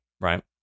Right